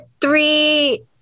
three